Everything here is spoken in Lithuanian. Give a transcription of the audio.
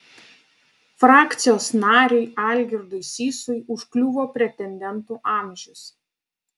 frakcijos nariui algirdui sysui užkliuvo pretendentų amžius